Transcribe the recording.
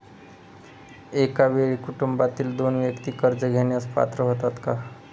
एका वेळी कुटुंबातील दोन व्यक्ती कर्ज घेण्यास पात्र होतात का?